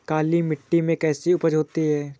काली मिट्टी में कैसी उपज होती है?